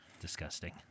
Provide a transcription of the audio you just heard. Disgusting